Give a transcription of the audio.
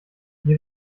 hier